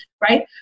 Right